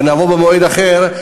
ונבוא במועד אחר,